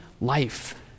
life